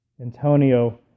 Antonio